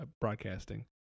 broadcasting